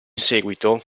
seguito